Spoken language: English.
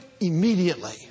immediately